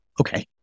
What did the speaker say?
okay